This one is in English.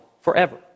Forever